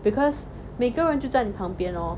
because 每个人就在你旁边 lor